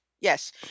Yes